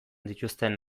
dituzten